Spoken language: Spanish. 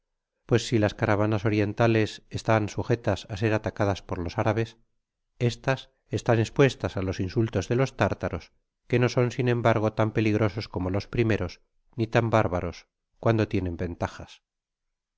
pues si las caravanas orientales estan sujetas á ser atacadas por los árabes estas estan espuestas á los insultos de los tártaros que no son sin embargo tan peligrosos como los primeros ni tan bárbaros cuando tienen ventajas